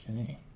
Okay